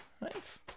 Right